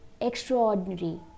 extraordinary